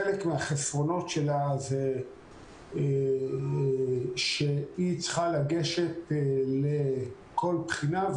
חלק מהחסרונות שלה היא צריכה לגשת לכל בחינה,